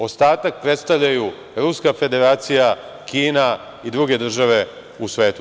Ostatak predstavljaju Ruska Federacija, Kina i druge države u svetu.